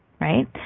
Right